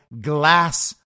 glass